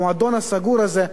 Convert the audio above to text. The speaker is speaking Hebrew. המועדון הסגור הזה,